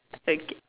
okay